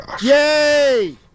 Yay